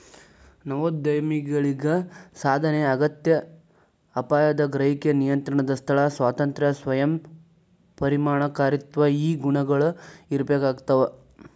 ನವೋದ್ಯಮಿಗಳಿಗ ಸಾಧನೆಯ ಅಗತ್ಯ ಅಪಾಯದ ಗ್ರಹಿಕೆ ನಿಯಂತ್ರಣದ ಸ್ಥಳ ಸ್ವಾತಂತ್ರ್ಯ ಸ್ವಯಂ ಪರಿಣಾಮಕಾರಿತ್ವ ಈ ಗುಣಗಳ ಇರ್ಬೇಕಾಗ್ತವಾ